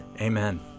Amen